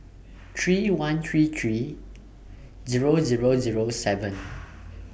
three one three three Zero Zero Zero seven